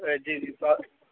जी जी